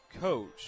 coach